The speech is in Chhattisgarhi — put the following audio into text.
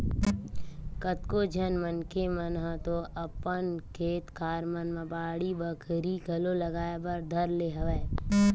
कतको झन मनखे मन ह तो अपन खेत खार मन म बाड़ी बखरी घलो लगाए बर धर ले हवय